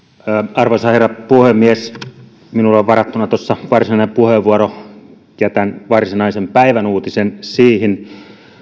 arvoisa herra puhemies minulla on varattuna varsinainen puheenvuoro jätän varsinaisen päivän uutisen siihen